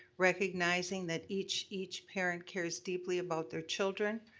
recognizing that each each parent cares deeply about their children,